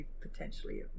potentially